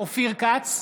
אופיר כץ,